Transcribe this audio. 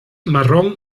marrón